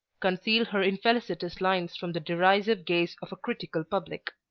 conceal her infelicitous lines from the derisive gaze of a critical public.